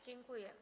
Dziękuję.